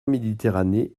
méditerranée